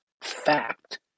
fact